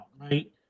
right